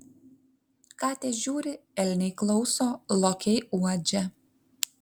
katės žiūri elniai klauso lokiai uodžia